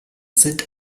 sind